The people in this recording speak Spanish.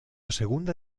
segunda